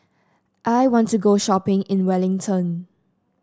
I want to go shopping in Wellington